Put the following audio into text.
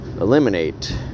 eliminate